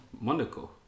Monaco